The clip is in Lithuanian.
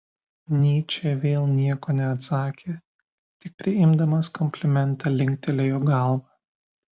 nyčė vėl nieko neatsakė tik priimdamas komplimentą linktelėjo galva